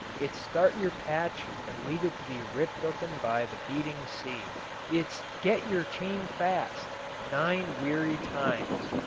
it's start your patch and leave it to be ripped open by the beating sea it's get your chain fast nine weary times,